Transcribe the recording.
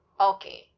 Okay